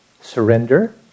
surrender